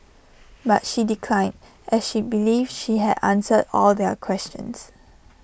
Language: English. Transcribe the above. but she declined as she believes she had answered all their questions